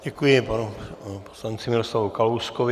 Děkuji panu poslanci Miroslavu Kalouskovi.